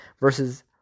versus